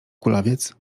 kulawiec